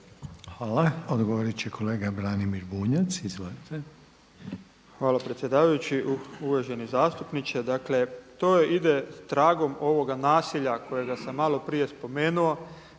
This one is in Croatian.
Hvala. Odgovorit će kolega Branimir Bunjac. **Bunjac, Branimir (Živi zid)** hvala predsjedavajući. Uvaženi zastupniče. Dakle to ide tragom ovoga nasilja kojega sam malo prije spomenuo,